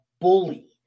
bully